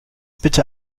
bitte